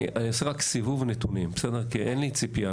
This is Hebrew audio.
אני אעשה רק סיבוב נתונים כי אין לי ציפייה.